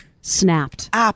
snapped